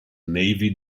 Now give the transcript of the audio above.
navy